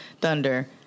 Thunder